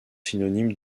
synonyme